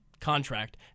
contract